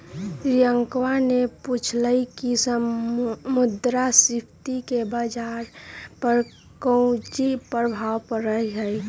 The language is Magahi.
रियंकवा ने पूछल कई की मुद्रास्फीति से बाजार पर काउची प्रभाव पड़ा हई?